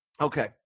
okay